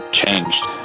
changed